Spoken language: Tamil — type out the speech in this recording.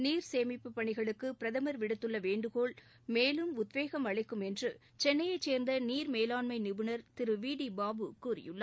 நீர் சேமிப்பு பணிகளுக்கு பிரதமர் விடுத்துள்ள வேண்டுகோள் மேலும் உத்வேகம் அளிக்கும் என்று சென்னையைச் சேர்ந்த நீர் மேலாண்மை நிபுணர் திரு வி டி பாபு கூறியுள்ளார்